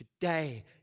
today